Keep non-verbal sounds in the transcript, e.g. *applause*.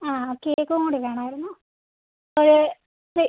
ആ കേക്കും കൂടി വേണമായിരുന്നു ഒരു *unintelligible*